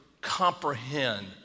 comprehend